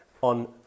on